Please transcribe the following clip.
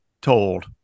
told